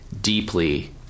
deeply